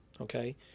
Okay